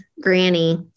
granny